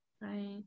Right